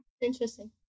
Interesting